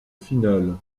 finale